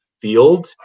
field